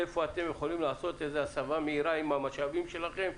איפה אתם יכולים לעשות הסבה מהירה עם המשאבים שלכם,